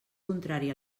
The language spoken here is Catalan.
contrari